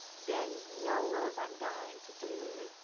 there are no roles i'm dying to do.